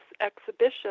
exhibition